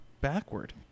backward